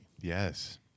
Yes